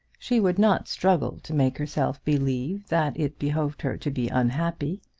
she would not struggle to make herself believe that it behoved her to be unhappy.